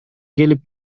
келип